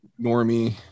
normie